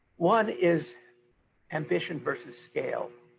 one is ambition versus scale.